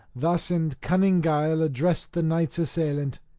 thus in cunning guile addressed the knights assailant